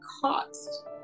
cost